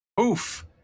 oof